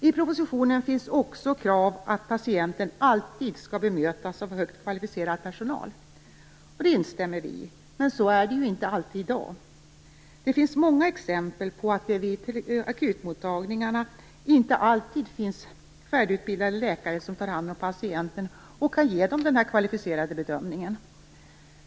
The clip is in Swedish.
I propositionen finns också kravet att patienten alltid skall bemötas av högt kvalificerad personal. Det kravet instämmer vi i, men så är det inte alltid i dag. Det finns många exempel på att det vid akutmottagningarna inte alltid finns färdigutbildade läkare som tar hand om patienterna och kan ge dem en kvalificerad bedömning.